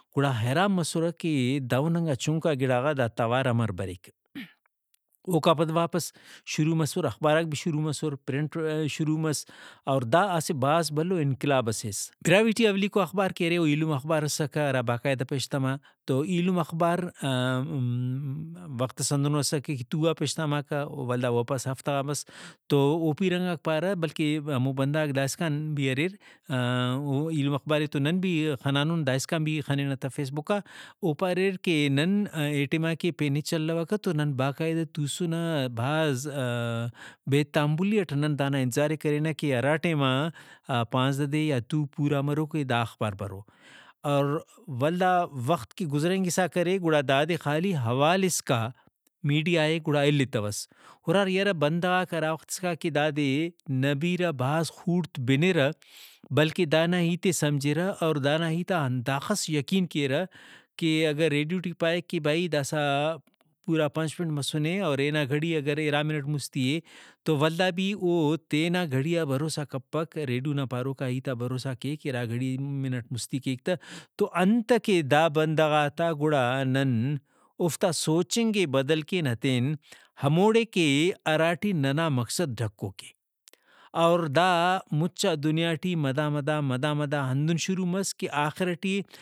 گڑا حیران مسرہ کہ دہننگا چُنکا گڑاغا دا توار امر بریک۔ اوکا پد واپس شروع مسر اخباراک بھی شروع مسر پرنٹ شروع مس اور دا اسہ بھاز بھلو انقلابس ایس۔ براہوئی ٹی اولیکو اخبار کہ ارے او ایلم اخبار اسکہ ہرا باقاعدہ پیشتما تو ایلم اخبار وختس ہندنو اسکہ کہ تُو آ پیشتماکہ ولدا واپس ہفتہ غا مس تو او پیرنگاک پارہ بلکہ ہمو بندغاک داسکان بھی اریراو ایلم اخبارے تو نن بھی خنانُن داسکان بھی خننہ تہ فیس بُکا او پاریر کہ نن اے ٹائما کہ پین ہچ الوکہ تو نن باقاعدہ توسنہ بھاز بے تعملی اٹ نن دانا انتظارے کرینہ کہ ہرا ٹائما پانزدہ دے یا تُو پورا مرو کہ دا اخبار برو۔ اور ولدا وخت کہ گزرینگسا کرے گڑا دادے خالی حوال اسکا میڈیائے گڑا التوس۔ ہُرار یرہ بندغاک ہرا وختسکا کہ دادے نہ بیرہ بھاز خوڑت بنرہ بلکہ دانا ہیتے سمجھیرہ اور دانا ہیتا ہنداخس یقین کیرہ کہ اگہ ریڈیو ٹی پائے کہ بھئی داسہ پورا پنچ منٹ مسنے اور اینا گھڑی اگر اِرا منٹ مُستی اے تو ولدا بھی او تینا گھڑی آ بھروسہ کپک ریڈیو نا پاروکا ہیتا بھروسہ کیک اِرا گھڑی منٹ مُستی کیک تہ۔ تو انتکہ دا بندغاتا گڑا نن اوفتا سوچنگ ئے بدل کین ہتین ہموڑے کہ ہراٹی ننا مقصد ڈھکوکے۔ اور دا مُچا دنیا ٹی مدا مدا مدا مدا ہندن شروع مس کہ آخر ٹی